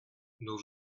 nos